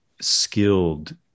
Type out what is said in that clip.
skilled